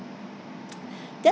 then